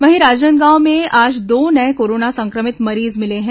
वहीं राजनांदगांव में आज दो नये कोरोना संक्रमित मरीज मिले हैं